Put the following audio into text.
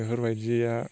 बेफोरबायदिया